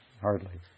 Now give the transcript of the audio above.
hardly